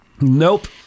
Nope